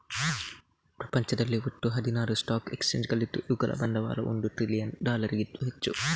ಪ್ರಪಂಚದಲ್ಲಿ ಒಟ್ಟು ಹದಿನಾರು ಸ್ಟಾಕ್ ಎಕ್ಸ್ಚೇಂಜುಗಳಿದ್ದು ಇವುಗಳ ಬಂಡವಾಳ ಒಂದು ಟ್ರಿಲಿಯನ್ ಡಾಲರಿಗೂ ಹೆಚ್ಚು